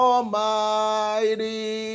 Almighty